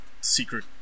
secret